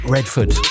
Redford